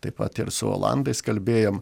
taip pat ir su olandais kalbėjom